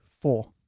four